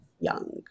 young